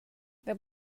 there